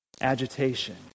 agitation